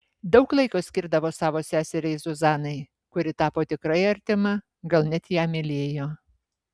daug laiko skirdavo savo seseriai zuzanai kuri tapo tikrai artima gal net ją mylėjo